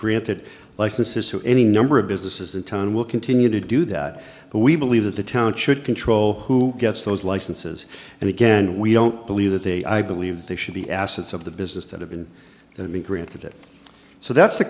created licenses to any number of businesses the town will continue to do that but we believe that the town should control who gets those licenses and again we don't believe that they i believe they should be assets of the business that have been granted it so that's the